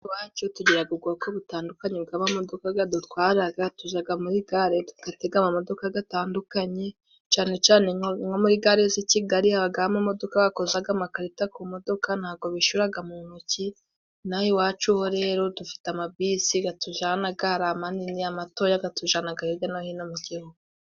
Iwacu tugiraga ubwoko butandukanye bw'amamodoka gadutwararaga, tujaga muri gare tugatega amamodoka gatandukanye cane cane nko nko muri gare z'i Kigali habagamo amamodoka gakozaga amakarita ku modoka, ntago bishuraga mu ntoki, n'aha iwacu ho rero dufite amabisi gatujanaga hari amanini, amatoya gatujanaga hirya no hino mu gihugu.